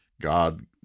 God